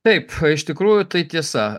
taip iš tikrųjų tai tiesa